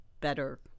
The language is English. better